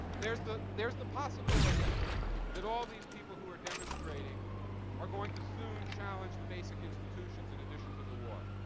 there's the there's the possibility that all these people who are demonstrating are going to soon challenge the basic institutions in addition to the war.